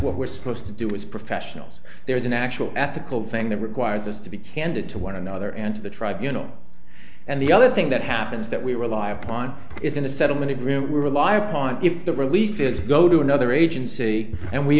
what we're supposed to do as professionals there is an actual ethical thing that requires us to be candid to one another and to the tribunals and the other thing that happens that we rely upon is in the settlement agreement we rely upon if the relief is go to another agency and we